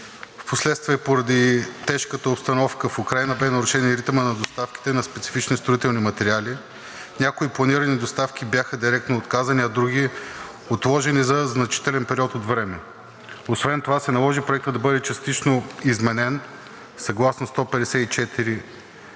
Впоследствие поради тежката обстановка в Украйна бе нарушен и ритъмът на доставките на специфични строителни материали. Някои планирани доставки бяха директно отказани, а други отложени за значителен период от време. Освен това се наложи проектът да бъде частично изменен съгласно чл.